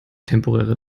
temporäre